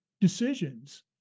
decisions